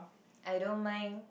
I don't mind